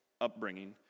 upbringing